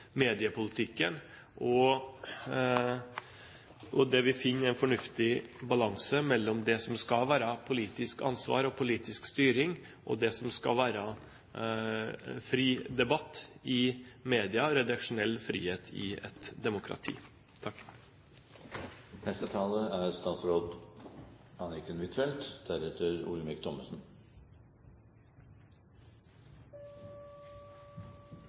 mediepolitikken, og at vi finner en fornuftig balanse mellom det som skal være politisk ansvar og politisk styring, og det som skal være fri debatt i media og redaksjonell frihet i et demokrati. Jeg er enig med sistnevnte taler, som sa at mediepolitikken ikke må hogges i stein. Det er